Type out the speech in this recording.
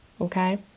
okay